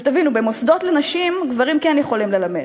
תבינו, במוסדות לנשים גברים כן יכולים ללמד,